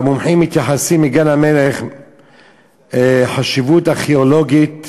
והמומחים מייחסים לגן-המלך חשיבות ארכיאולוגית